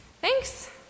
Thanks